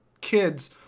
kids